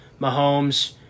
Mahomes